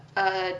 a